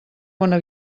bona